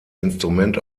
instrument